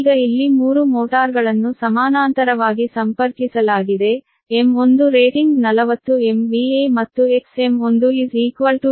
ಈಗ ಇಲ್ಲಿ ಮೂರು ಮೋಟಾರ್ಗಳನ್ನು ಸಮಾನಾಂತರವಾಗಿ ಸಂಪರ್ಕಿಸಲಾಗಿದೆ M1 ರೇಟಿಂಗ್ 40 MVA ಮತ್ತು Xm1 0